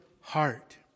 heart